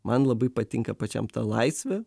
man labai patinka pačiam ta laisvė